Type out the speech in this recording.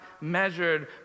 measured